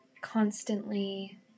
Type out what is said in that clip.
constantly